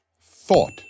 thought